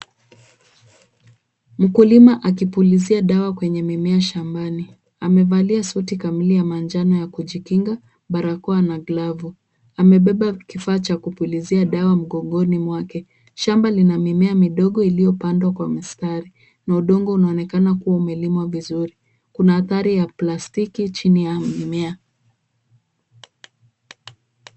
Mkulima akipulizia dawa kwenye mimea shambani. Amevalia suti kamili ya manjano ya kujikinga, barakoa na glavu. Amebeba kifaa cha kupulizia dawa mgongoni mwake. Shamba lina mimea midogo iliyo pandwa kwa mistari na udongo unaonekana kuwa umelimwa vizuri. Kuna mandhari ya plastiki chini ya mimea.